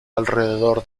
alrededor